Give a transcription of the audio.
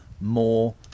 more